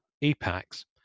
e-packs